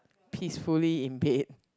peacefully in pain